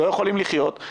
לא יכולים לחיות.